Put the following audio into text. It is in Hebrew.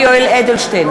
יולי יואל אדלשטיין,